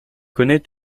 connait